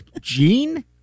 Gene